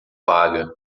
paga